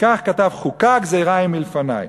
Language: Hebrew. לפיכך כתב: חוקה, גזירה היא מלפני.